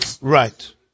Right